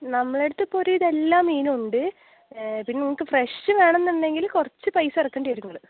നമ്മുടെ അടുത്ത് ഇപ്പോൾ ഒരുവിധം എല്ലാ മീനും ഉണ്ട് പിന്നെ നിങ്ങൾക്ക് ഫ്രഷ് വേണമെന്നുണ്ടെങ്കിൽ കുറച്ച് പൈസ ഇറക്കേണ്ടി വരും നിങ്ങൾ